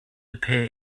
appear